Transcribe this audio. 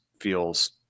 feels